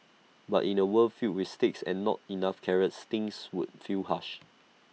but in A world filled with sticks and not enough carrots things would feel harsh